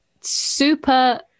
super